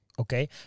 okay